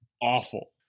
awful